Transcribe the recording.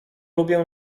lubię